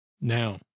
Now